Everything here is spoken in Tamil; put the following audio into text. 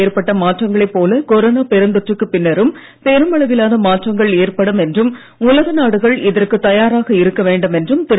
ஏற்பட்ட அளவில் கொரோனா பெருந்தொற்றுக்குப் பின்னரும் பெருமளவிலான மாற்றங்கள் ஏற்படும் என்றும் உலக நாடுகள் இதற்குத் தயாராக இருக்க வேண்டும் என்றும் திரு